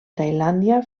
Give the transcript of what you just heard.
tailàndia